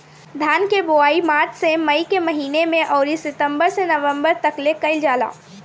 धान के बोआई मार्च से मई के महीना में अउरी सितंबर से नवंबर तकले कईल जाला